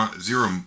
zero